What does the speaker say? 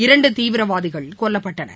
இரண்டுதீவிரவாதிகள் கொல்லப்பட்டனர்